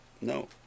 No